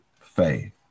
faith